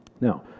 Now